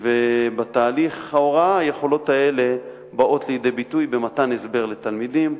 ובתהליך ההוראה היכולות האלה באות לידי ביטוי במתן הסבר לתלמידים,